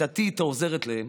הכיתתית שעוזרת להם,